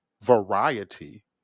variety